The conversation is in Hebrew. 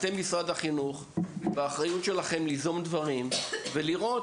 אתם משרד החינוך והאחריות שלכם ליזום דברים ולראות